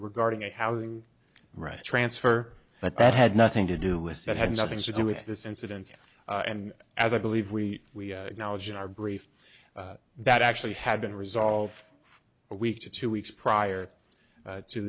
regarding a housing right transfer but that had nothing to do with that had nothing to do with this incident and as i believe we acknowledge in our brief that actually had been resolved a week to two weeks prior to